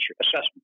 assessment